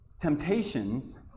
temptations